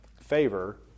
favor